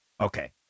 Okay